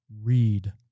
read